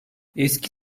eski